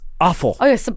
awful